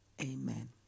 Amen